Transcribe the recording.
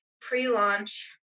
pre-launch